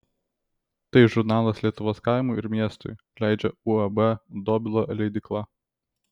tai žurnalas lietuvos kaimui ir miestui leidžia uab dobilo leidykla